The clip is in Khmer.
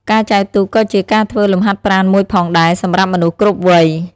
ការចែវទូកក៏ជាការធ្វើលំហាត់ប្រាណមួយផងដែរសម្រាប់មនុស្សគ្រប់វ័យ។